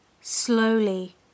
Slowly